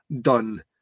done